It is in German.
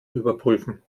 überprüfen